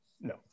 no